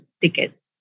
ticket